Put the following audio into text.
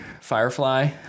Firefly